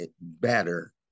better